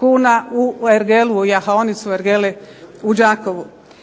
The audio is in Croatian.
kuna u ergelu, u jahaonicu u ergeli u Đakovu.